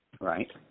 right